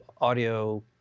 audio